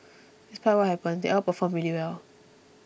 despite what happened they all performed really well